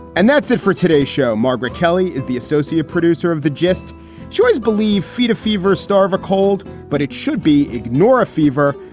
and that's it for today show, margaret kelly is the associate producer of the gist choice believe, feed a fever, starve a cold, but it should be ignore a fever,